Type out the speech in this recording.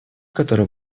который